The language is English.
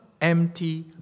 empty